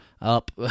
up